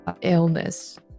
illness